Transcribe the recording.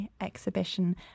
exhibition